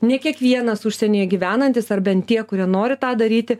ne kiekvienas užsienyje gyvenantys ar bent tie kurie nori tą daryti